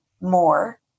more